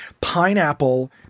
pineapple